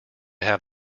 have